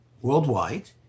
worldwide